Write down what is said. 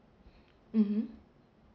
mmhmm